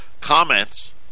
comments